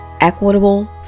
equitable